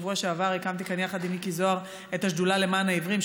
ובשבוע שעבר הקמתי כאן יחד עם מיקי זוהר את השדולה למען העיוורים,